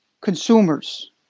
consumers